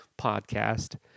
podcast